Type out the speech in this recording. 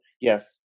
yes